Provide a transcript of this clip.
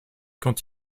quand